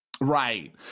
right